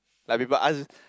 like people ask